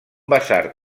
basar